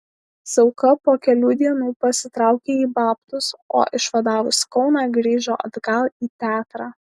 zauka po kelių dienų pasitraukė į babtus o išvadavus kauną grįžo atgal į teatrą